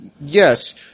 Yes